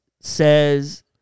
says